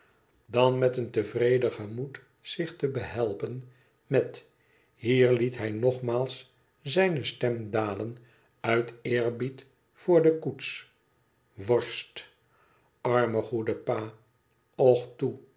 dan met een tevreden gemoed zich te behelpen tott hier liet hij nogmaals zijne stem dalen uit eerbied voor de koets worst arme goede pal